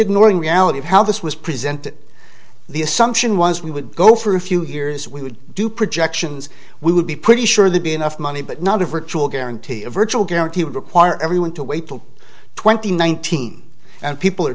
ignoring reality of how this was presented the assumption was we would go for a few years we would do projections we would be pretty sure that be enough money but not a virtual guarantee of virtual guarantee would require everyone to wait till twenty nineteen and people are